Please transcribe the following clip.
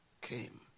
came